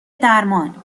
درمان